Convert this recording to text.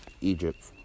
Egypt